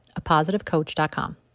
apositivecoach.com